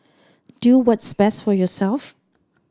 do what's best for yourself